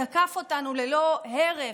תקף אותנו ללא הרף,